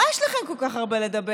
מה יש לכם כל כך הרבה לדבר,